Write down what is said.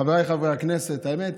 חבריי חברי הכנסת, האמת,